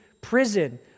prison